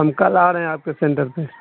ہم کل آ رہے ہیں آپ کے سنٹر پہ